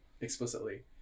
explicitly